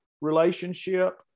relationship